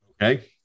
Okay